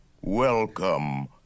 Welcome